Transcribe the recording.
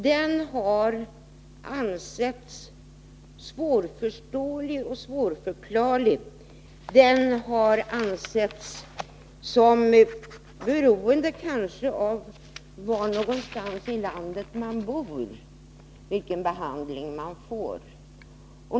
Den har ansetts svårförståerlig och svårförklarlig, och det har ansetts kunna bero på var någonstans i landet man bor vilken behandling man får.